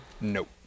Nope